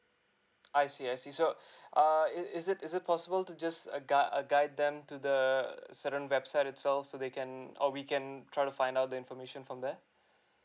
I see I see so err it is it is it possible to just uh guy uh guide them to the certain website itself so they can or we can try to find out the information from there